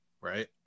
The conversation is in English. Right